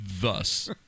thus